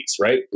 right